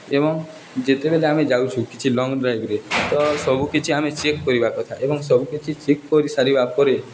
ଏବଂ ଯେତେବେଲେ ଆମେ ଯାଉଛୁ କିଛି ଲଙ୍ଗ୍ ଡ୍ରାଇଭ୍ରେ ତ ସବୁକିଛି ଆମେ ଚେକ୍ କରିବା କଥା ଏବଂ ସବୁକିଛି ଚେକ୍ କରିସାରିବା ପରେ